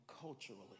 culturally